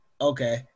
Okay